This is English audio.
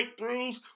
breakthroughs